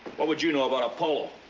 what would you know about apollo?